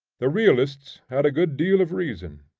the realists had a good deal of reason.